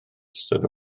ystod